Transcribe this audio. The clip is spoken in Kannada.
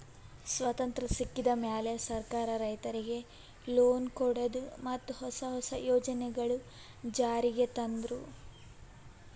ಸ್ವತಂತ್ರ್ ಸಿಕ್ಕಿದ್ ಮ್ಯಾಲ್ ಸರ್ಕಾರ್ ರೈತರಿಗ್ ಲೋನ್ ಕೊಡದು ಮತ್ತ್ ಹೊಸ ಹೊಸ ಯೋಜನೆಗೊಳು ಜಾರಿಗ್ ತಂದ್ರು